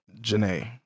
Janae